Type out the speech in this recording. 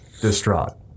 distraught